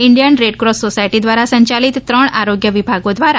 ઇન્જિયન red cross society દ્વારા સંયાલિત ત્રણ આરોગ્ય વિભાગો દ્વારા